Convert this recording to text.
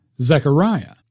Zechariah